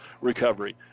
recovery